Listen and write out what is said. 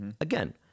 Again